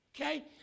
okay